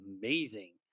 amazing